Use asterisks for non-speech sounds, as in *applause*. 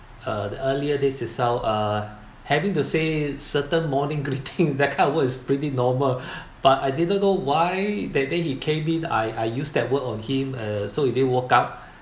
uh earlier this itself uh having to say certain morning greeting *laughs* that kind of word is pretty normal *breath* but I didn't know why that day he came in I I use that word on him uh so he walk out